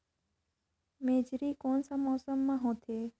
मेझरी कोन सा मौसम मां होथे?